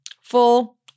full